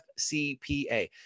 FCPA